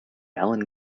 allan